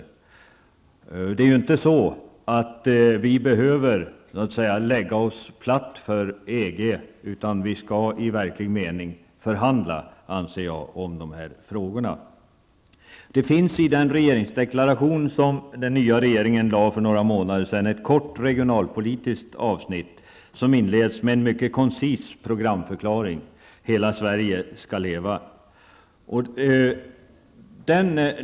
Vi behöver ju inte så att säga lägga oss platt för EG, utan jag anser att vi i verklig mening skall förhandla om dessa frågor. Det finns i den regeringsdeklaration som den nya regeringen presenterade för några månader sedan ett kort regionalpolitiskt avsnitt, som inleds med en mycket koncis programförklaring: Hela Sverige skall leva.